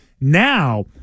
Now